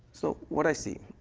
so what i see,